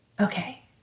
okay